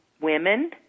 women